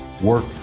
work